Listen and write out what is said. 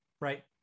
Right